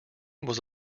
was